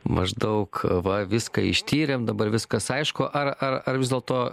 maždaug va viską ištyrėm dabar viskas aišku ar ar ar vis dėlto